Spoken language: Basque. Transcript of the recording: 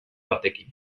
batekin